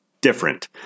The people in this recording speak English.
different